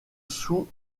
sous